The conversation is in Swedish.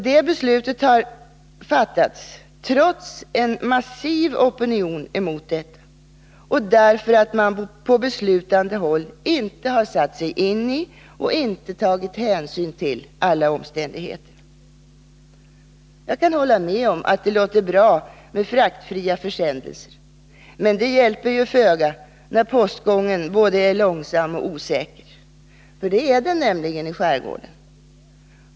Det beslutet har fattats trots en massiv opinion mot nedläggningen och därför att man på beslutande håll inte har satt sig in i eller tagit hänsyn till alla omständigheter. Jag kan hålla med om att det låter bra med fraktfria försändelser. Men det hjälper föga när postgången är både långsam och osäker. Det är den nämligen i skärgården.